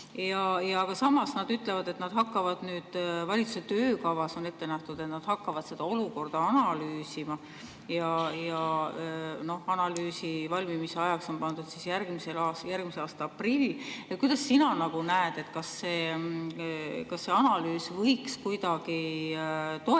Samas nad ütlevad, et valitsuse töökavas on ette nähtud, et nad hakkavad seda olukorda analüüsima. Analüüsi valmimise ajaks on pandud järgmise aasta aprill. Kuidas sina seda näed? Kas see analüüs võiks kuidagi toetada